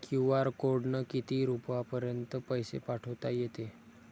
QR कोडनं किती रुपयापर्यंत पैसे पाठोता येते?